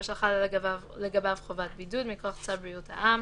שחלה לגביו חובת בידוד מכוח צו בריאות העם